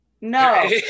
No